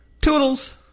Toodles